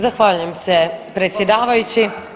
Zahvaljujem se predsjedavajući.